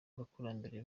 abakurambere